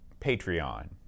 Patreon